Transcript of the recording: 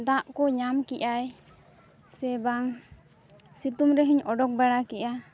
ᱫᱟᱜᱠᱚ ᱧᱟᱢ ᱠᱮᱫᱟᱭ ᱥᱮ ᱵᱟᱝ ᱥᱤᱛᱩᱝ ᱨᱮᱦᱚᱧ ᱚᱰᱚᱠ ᱵᱟᱲᱟᱠᱮᱜᱼᱟ